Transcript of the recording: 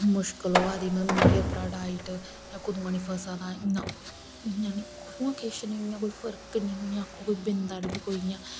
मुश्कल होआ दी मतलब मुंढे उप्परा टाइट कुतै मूंह है नी फसा दा इयां नी कोई फर्क नेईं कोई बिंद सारी इयां